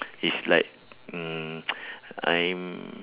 is like mm I'm